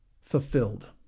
fulfilled